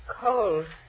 Cold